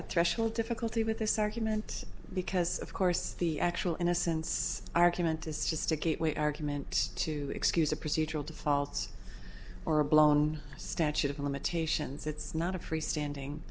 threshold difficulty with this argument because of course the actual innocence argument is just a gateway argument to excuse or procedural defaults or a blown statute of limitations it's not a free standing